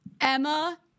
Emma